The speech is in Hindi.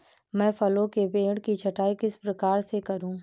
मैं फलों के पेड़ की छटाई किस प्रकार से करूं?